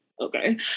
Okay